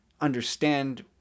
understand